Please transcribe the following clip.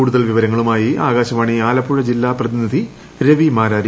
കൂടുതൽ വിവരങ്ങളുമായി ആകാശവാണി ആലപ്പുഴ ജില്ലാ പ്രതിനിധി രവി മാരാരി